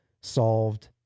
solved